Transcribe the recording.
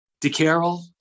DeCarroll